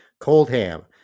Coldham